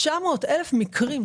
900 אלף מקרים,